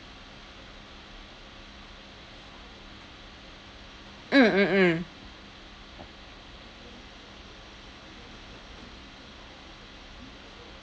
mm mm mm